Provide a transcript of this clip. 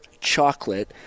chocolate